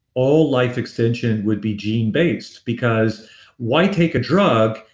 all life extension would be gene based because why take a drug,